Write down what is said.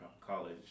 college